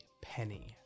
penny